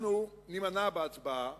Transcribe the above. אנחנו נימנע בהצבעה